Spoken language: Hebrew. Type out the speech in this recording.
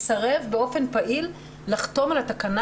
הוא מסרב באופן פעיל לחתום על התקנה